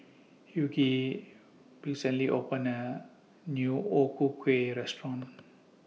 Hughie recently opened A New O Ku Kueh Restaurant